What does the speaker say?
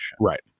Right